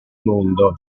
mondo